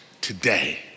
today